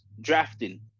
Drafting